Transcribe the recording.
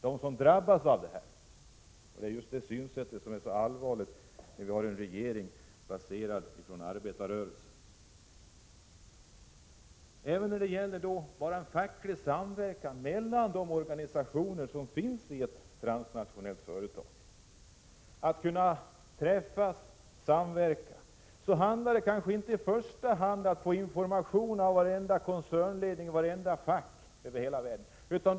Det är just det synsättet som är så allvarligt när vi har en regering baserad på arbetarrörelsen. När det gäller facklig samverkan mellan de organisationer som finns i ett transnationellt företag handlar det inte främst om att få information om varenda koncernledning och varenda fack över hela världen.